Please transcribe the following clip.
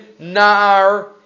naar